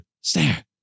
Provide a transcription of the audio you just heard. stare